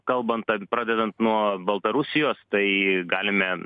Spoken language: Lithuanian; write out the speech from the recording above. kalbant pradedant nuo baltarusijos tai galime